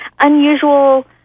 unusual